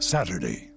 Saturday